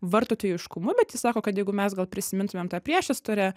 vartotojiškumu bet ji sako kad jeigu mes gal prisimintumėm tą priešistorę